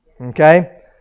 Okay